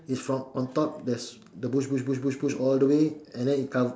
is from on top there's the bush bush bush bush bush all the way and then it come